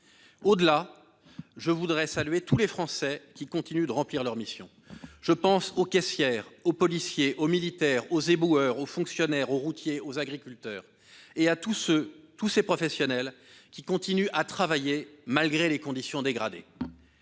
Au-delà, je veux saluer les Français qui continuent de remplir leur mission ; je pense aux caissières, aux policiers, aux militaires, aux éboueurs, aux fonctionnaires, aux routiers, aux agriculteurs, à tous ces professionnels qui continuent à travailler malgré les conditions dégradées.